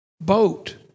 boat